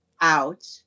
out